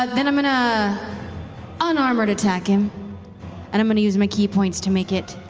ah then i'm going to unarmored attack him and i'm going to use my ki points to make it,